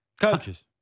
Coaches